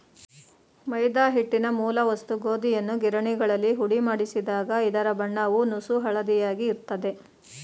ಮೈದಾ ಹಿಟ್ಟಿನ ಮೂಲ ವಸ್ತು ಗೋಧಿಯನ್ನು ಗಿರಣಿಗಳಲ್ಲಿ ಹುಡಿಮಾಡಿಸಿದಾಗ ಇದರ ಬಣ್ಣವು ನಸುಹಳದಿಯಾಗಿ ಇರ್ತದೆ